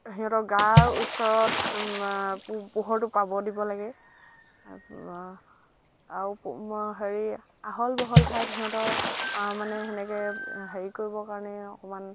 সিহঁতৰ গাৰ ওচৰত পোহৰটো পাব দিব লাগে আৰু আৰু হেৰি আহল বহল ঠাইত সিহঁতৰ মানে সেনেকৈ হেৰি কৰিবৰ কাৰণে অকণমান